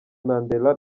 mandela